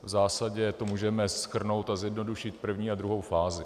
V zásadě to můžeme shrnout a zjednodušit, první a druhou fázi.